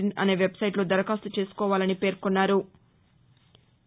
in అనే website లో దరఖాస్తు చేసుకోవాలని అన్నారు